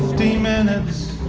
fifty minutes